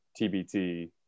TBT